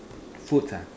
food ah